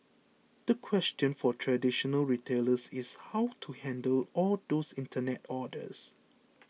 the question for traditional retailers is how to handle all those internet orders